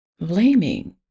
Blaming